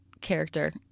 character